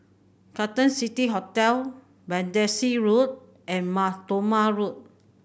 Carlton City Hotel Battersea Road and Mar Thoma Road